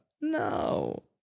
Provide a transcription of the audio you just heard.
No